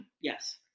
Yes